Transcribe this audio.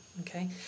Okay